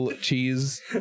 cheese